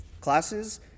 classes